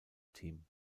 team